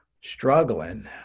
struggling